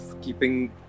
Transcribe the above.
Keeping